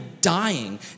dying